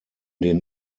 den